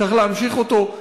צריך להמשיך אותו,